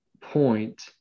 point